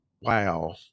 wow